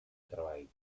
treball